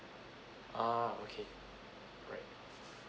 ah okay alright